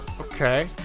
Okay